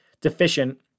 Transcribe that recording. deficient